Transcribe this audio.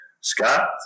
Scott